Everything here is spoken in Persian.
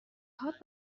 هات